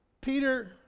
Peter